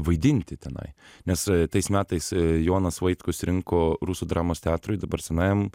vaidinti tenai nes tais metais jonas vaitkus rinko rusų dramos teatrui dabar senajam